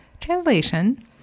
translation